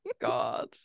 God